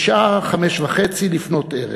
בשעה חמש וחצי לפנות ערב.